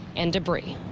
and debris.